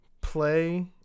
play